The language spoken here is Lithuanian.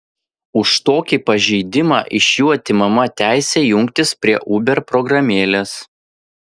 už tokį pažeidimą iš jų atimama teisė jungtis prie uber programėlės